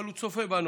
אבל הוא צופה בנו,